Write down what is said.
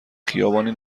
خیابانی